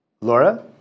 Laura